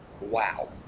wow